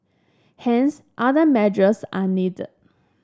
hence other measures are needed